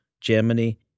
Germany